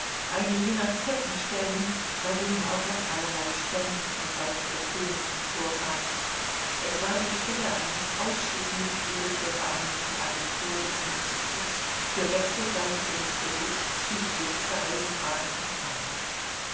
eine jener fetten stellen bei denen auch noch allerlei spenden von seiten der klienten vorkamen es war die stelle eines ausschußmitgliedes der vereinigten agentur des instituts für wechselseitigen kredit südrussischer eisenbahnen und banken